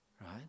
right